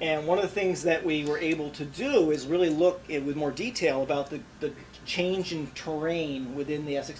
and one of the things that we were able to do was really look it with more detail about the the changing terrain within the e